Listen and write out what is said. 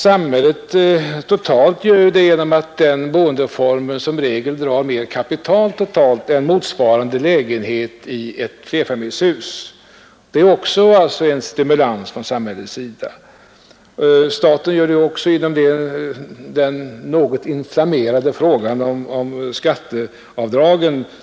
Samhället totalt gör det genom att denna boendeform som regel drar mera kapital än motsvara ide lägenhet i ett flerfamiljshus. Det är också en stimulans från samhälle:s sida. Staten gör det vidare genom den något inflammerade frågan om skatteavdragen.